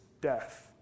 death